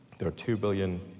there are two billion